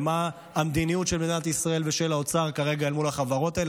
ומה המדיניות של מדינת ישראל ושל האוצר כרגע אל מול החברות האלה,